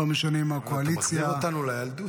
לא משנה אם מהקואליציה -- אתה מחזיר אותנו לילדות.